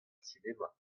sinema